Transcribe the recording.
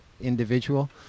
individual